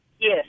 Yes